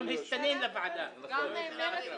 --- חברים, תודה.